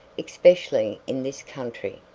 especially in this country.